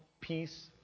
peace